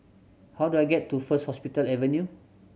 how do I get to First Hospital Avenue